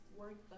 work